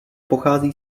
pochází